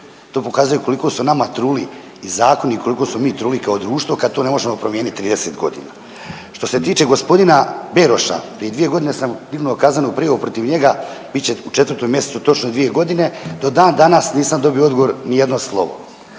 To pokazuje koliko su nama truli i zakoni koliko smo mi truli kao društvo kad to ne možemo promijenit 30 godina. Što se tiče g. Beroša prije dvije godine sam dignuo kaznenu prijavu protiv njega bit će u 4. mjesecu točno dvije godine, do dan danas nisam dobio odgovor nijedno slovo.